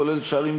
כולל שערים,